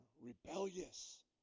rebellious